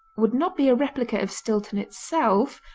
would not be a replica of stilton itself,